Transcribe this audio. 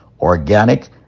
organic